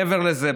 מעבר לזה,